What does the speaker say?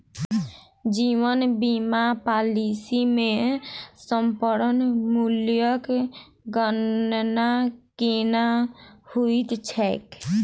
जीवन बीमा पॉलिसी मे समर्पण मूल्यक गणना केना होइत छैक?